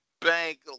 Bank